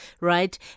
right